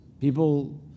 People